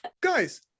Guys